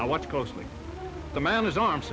i watch closely the man is arms